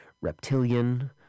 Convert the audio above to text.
reptilian